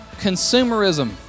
consumerism